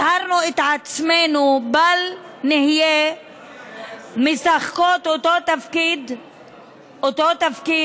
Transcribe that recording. הזהרנו את עצמנו: בל נהיה משחקות את אותו תפקיד של,